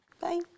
Bye